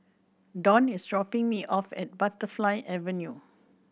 Donn is dropping me off at Butterfly Avenue